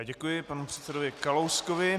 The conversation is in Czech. Děkuji panu předsedovi Kalouskovi.